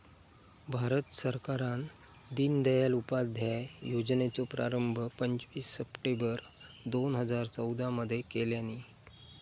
भारत सरकारान दिनदयाल उपाध्याय योजनेचो प्रारंभ पंचवीस सप्टेंबर दोन हजार चौदा मध्ये केल्यानी